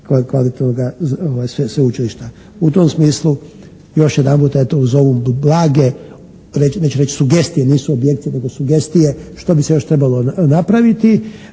kvalitetnoga sveučilišta. U tom smislu još jedanputa eto uz ovu blage, neću reći sugestije, nisu objekti nego sugestije što bi se još trebalo napraviti